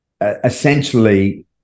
essentially